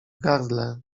gardle